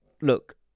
look